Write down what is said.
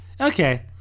Okay